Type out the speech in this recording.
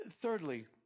thirdly